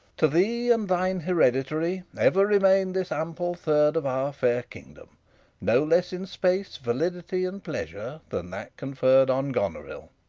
to thee and thine hereditary ever remain this ample third of our fair kingdom no less in space, validity, and pleasure than that conferr'd on goneril